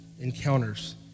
encounters